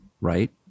right